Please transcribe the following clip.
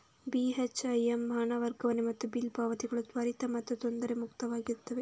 ಬಿ.ಹೆಚ್.ಐ.ಎಮ್ ಹಣ ವರ್ಗಾವಣೆ ಮತ್ತು ಬಿಲ್ ಪಾವತಿಗಳು ತ್ವರಿತ ಮತ್ತು ತೊಂದರೆ ಮುಕ್ತವಾಗಿರುತ್ತವೆ